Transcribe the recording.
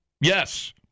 yes